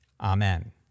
Amen